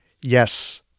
yes